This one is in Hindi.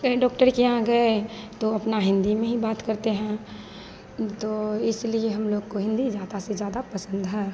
कहीं डॉक्टर के यहाँ गए तो अपना हिन्दी में ही बात करते हैं तो इसलिए हमलोग को हिन्दी ज़्यादा से ज़्यादा पसन्द है